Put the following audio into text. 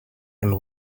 and